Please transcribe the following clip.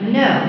no